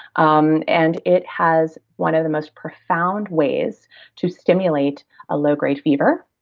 um and it has one of the most profound ways to stimulate a low grade fever,